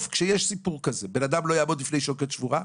כשיש סיפור כזה בן אדם לא יעמוד בפני שוקת שבורה,